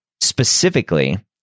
specifically